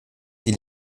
die